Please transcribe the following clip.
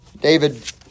David